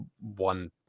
One